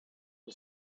the